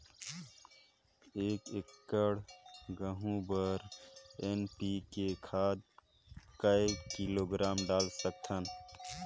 एक एकड़ गहूं बर एन.पी.के खाद काय किलोग्राम डाल सकथन?